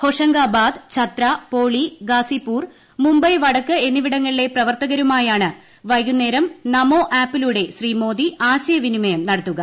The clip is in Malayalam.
ഹോഷങ്കാബാദ് ഛത്ര പോളി ഗാസിപ്പൂർ മുംബൈ വടക്ക് എന്നിവിടങ്ങളിലെ പ്രവർത്തകരുമായാണ് വൈകുന്നേരം നമോ ആപ്പിലൂടെ ശ്രീ മോദി ആശയവിനിമയം നടത്തുക